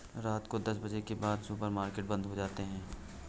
रात को दस बजे के बाद सुपर मार्केट बंद हो जाता है